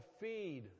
feed